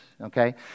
Okay